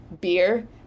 beer